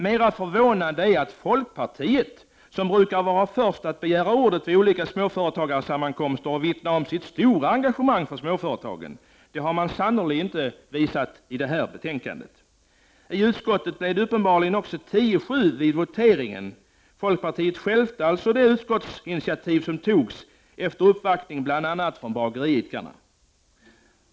Mera förvånande är dock att folkpartisterna, som brukar vara de första att begära ordet vid olika småföretagarsammankomster och vittna om sitt stora engagemang för småföretagen, sannerligen inte har visat prov på detta när det gäller detta betänkande. I utskottet blev det uppenbarligen 10-7 vid voteringen. Folkpartiet stjälpte alltså det utskottsinitiativ som togs efter uppvaktningen bl.a. från bageriidkarna.